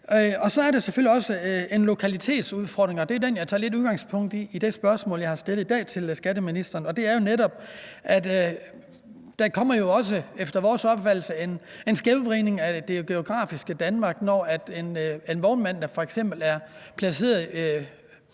Så er der også som det tredje en lokalitetsudfordring. Det er den, jeg tager lidt udgangspunkt i i det spørgsmål, jeg har stillet til skatteministeren. Det handler jo netop om, at der efter vores opfattelse jo også kommer en skævvridning af det geografiske Danmark, når en vognmand f.eks. er placeret